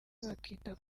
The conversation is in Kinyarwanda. bakita